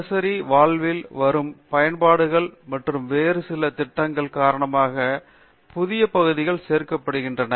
பேராசிரியர் அரிந்தமா சிங் ஆனால் தினசரி வாழ்வில் வரும் பயன்பாடுகள் மற்றும் வேறு சில திட்டங்கள் காரணமாக புதிய பகுதிகள் சேர்க்கப்படுகின்றன